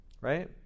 Right